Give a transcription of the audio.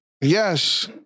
Yes